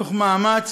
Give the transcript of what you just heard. מתוך מאמץ